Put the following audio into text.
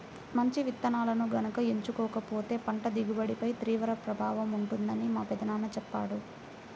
మంచి విత్తనాలను గనక ఎంచుకోకపోతే పంట దిగుబడిపై తీవ్ర ప్రభావం ఉంటుందని మా పెదనాన్న చెప్పాడు